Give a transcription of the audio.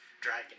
dragon